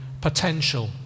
potential